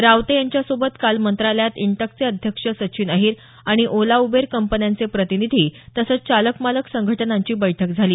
रावते यांच्या सोबत काल मंत्रालयात इंटकचे अध्यक्ष सचिन अहीर आणि ओला उबेर कंपन्यांचे प्रतिनिधी तसंच चालक मालक संघटनांची बैठक झाली